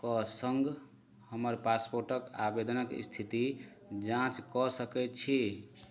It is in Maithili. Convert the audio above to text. के सङ्ग हमर पासपोर्टके आवेदनके इस्थितिके जाँच कऽ सकै छी